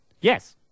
Yes